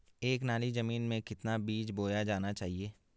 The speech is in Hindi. एक नाली जमीन में कितना बीज बोया जाना चाहिए?